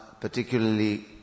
particularly